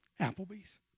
Applebee's